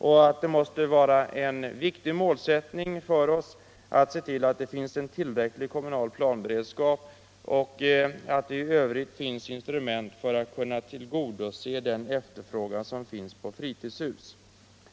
Vi anser att det är en viktig målsättning att se till att det finns en tillräcklig kommunal planberedskap och även i övrigt instrument för att kunna tillgodose den efterfrågan som råder på fritidshus.